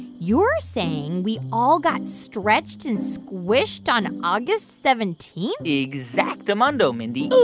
you're saying we all got stretched and squished on august seventeen? exactamundo, mindy.